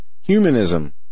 Humanism